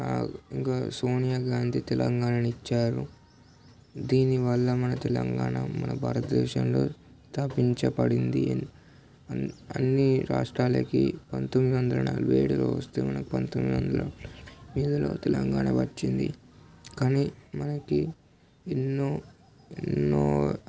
గా సోనియా గాంధీ తెలంగాణని ఇచ్చారు దీనివల్ల మన తెలంగాణ మన భారత దేశంలో స్థాపించబడింది అని అన్ని రాష్ట్రాలకి పందొమ్మిది వందల నలభై ఏడులో వస్తే మనకు పందొమ్మిదివ వందల నలభై ఎనిమిదిలో తెలంగాణ వచ్చింది కానీ మనకి ఎన్నో ఎన్నో